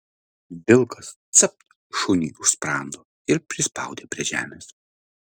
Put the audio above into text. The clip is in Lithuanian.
vilkas capt šuniui už sprando ir prispaudė prie žemės